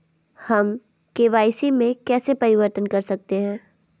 हम के.वाई.सी में कैसे परिवर्तन कर सकते हैं?